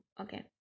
okay